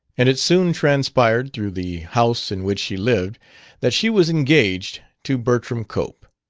and it soon transpired through the house in which she lived that she was engaged to bertram cope.